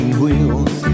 wheels